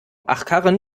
achkarren